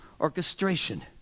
orchestration